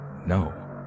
No